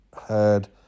heard